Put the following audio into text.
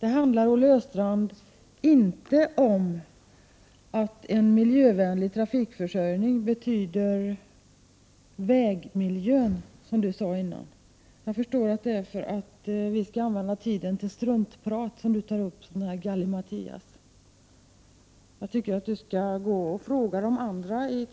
Man kan inte, Olle Östrand, sätta likhetstecken mellan en miljövänlig trafikförsörjning och vägmiljön, som Olle Östrand sade tidigare. Jag förstår att Olle Östrand vill att vi skall använda tiden till struntprat och att han därför bara kommer med sådan här gallimatias. Jag tycker att Olle Östrand skall fråga de andra socialdemokratiska ledamöterna i